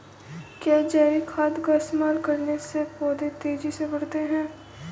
क्या जैविक खाद का इस्तेमाल करने से पौधे तेजी से बढ़ते हैं?